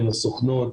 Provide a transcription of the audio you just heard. עם הסוכנות,